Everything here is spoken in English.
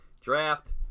draft